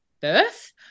birth